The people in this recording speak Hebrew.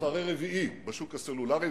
מתחרה רביעי בשוק הסלולרי,